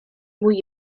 mój